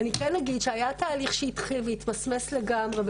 אני כן אגיד שהיה תהליך שהתחיל והתמסמס לגמרי,